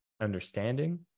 Understanding